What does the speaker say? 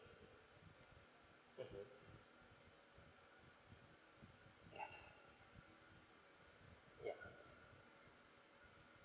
mmhmm yes yeah